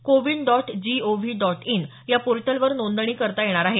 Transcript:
CoWIN dot G O V dot in या पोर्टलवर नोंदणी करता येणार आहे